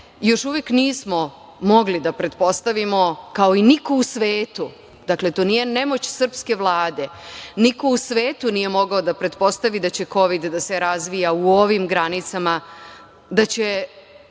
još uvek nismo mogli da pretpostavimo, kao i niko u svetu, dakle ti nije nemoć srpske Vlade, niko u svetu nije mogao da pretpostavi da će kovid da se razvija u ovim granicama, da će